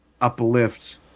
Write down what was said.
uplift